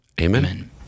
Amen